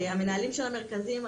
המנהלים של המרכזים,